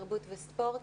התרבות והספורט.